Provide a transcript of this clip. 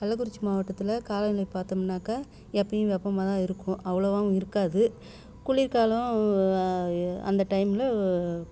கள்ளக்குறிச்சி மாவட்டத்தில் காலநிலை பார்த்தோம்னாக்கா எப்போயும் வெப்பமாக தான் இருக்கும் அவ்வளோவாவும் இருக்காது குளிர்காலோம் அந்த டைமில்